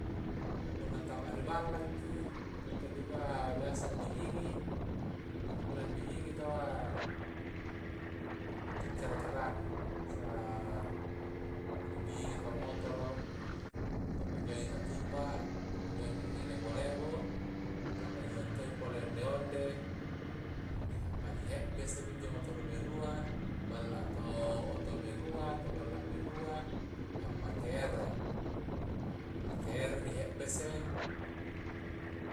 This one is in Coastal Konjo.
Punna nantamari balla ki rie to dikua biasa andingini he injo punna dingini taua la ada to cara-caranna biasa punna dihiningi motoro di bajangi katupa di bajangi i lebo-lebo pa bujangi to pole onde-onde dihampani he'bese minjo motoro berua balla a to oto berua to balla berua ammakere ammakere di hebbese